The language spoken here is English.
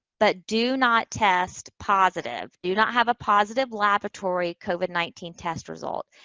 but do not test positive, do not have a positive laboratory covid nineteen test result.